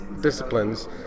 disciplines